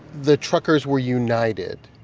the truckers were united.